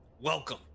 Welcome